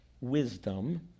wisdom